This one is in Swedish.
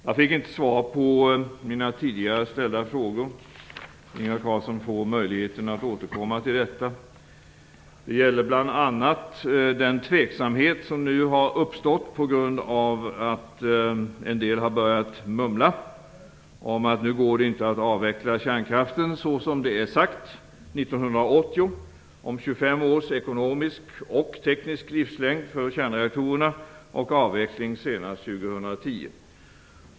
Jag fick inte svar på mina tidigare ställda frågor. Ingvar Carlsson får möjligheten att återkomma till dem. De gällde bl.a. den tveksamhet som nu har uppstått på grund av att en del har börjat mumla om att det inte går att avveckla kärnkraften så som det var sagt 1980: 25 år är ekonomisk och teknisk livslängd för kärnreaktorerna. Avveckling senast 2010.